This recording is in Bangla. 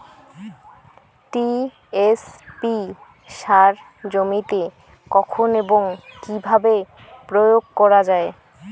টি.এস.পি সার জমিতে কখন এবং কিভাবে প্রয়োগ করা য়ায়?